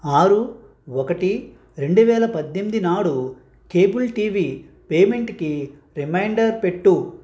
ఆరు ఒకటి రెండు వేల పద్దెంది నాడు కేబుల్ టీవీ పేమెంట్కి రిమైండర్ పెట్టు